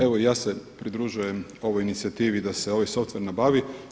Evo ja se pridružujem ovoj inicijativi da se ovaj softver nabavi.